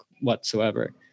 whatsoever